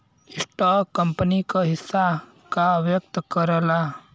stock company क हिस्सा का व्यक्त करला